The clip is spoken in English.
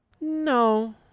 No